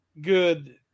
good